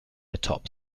atop